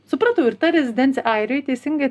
supratau ir ta rezidencija airijoj teisingai